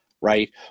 right